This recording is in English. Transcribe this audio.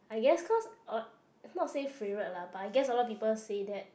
I guess cause uh not say favourite lah but I guess a lot of people say that